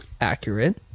Accurate